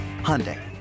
Hyundai